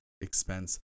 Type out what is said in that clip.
expense